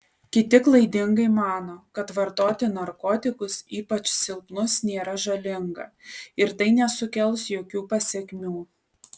kiti klaidingai mano kad vartoti narkotikus ypač silpnus nėra žalinga ir tai nesukels jokių pasekmių